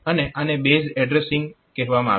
અને આને base addressing કહેવામાં આવે છે